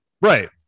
Right